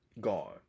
Gone